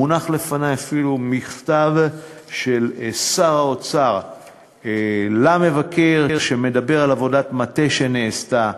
אפילו מונח לפני מכתב של שר האוצר למבקר שמדבר על עבודת מטה שנעשתה,